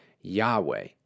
Yahweh